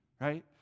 right